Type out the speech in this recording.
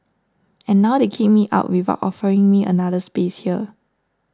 and now they kick me out without offering me another space here